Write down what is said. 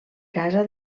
casa